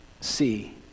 see